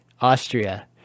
Austria